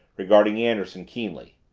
regarding anderson keenly.